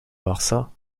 barça